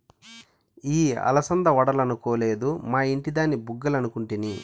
ఇయ్యి అలసంద వడలనుకొలేదు, మా ఇంటి దాని బుగ్గలనుకుంటిని